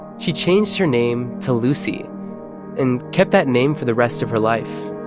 she changed her name to lucie and kept that name for the rest of her life